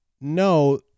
no